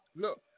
look